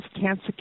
Cancer